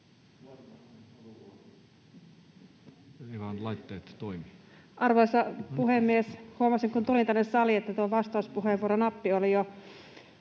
Arvoisa puhemies! Huomasin, kun tulin tänne saliin, että tuo vastauspuheenvuoronappi oli jo